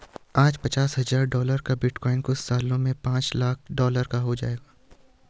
आज पचास हजार डॉलर का बिटकॉइन कुछ सालों में पांच लाख डॉलर का होगा